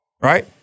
Right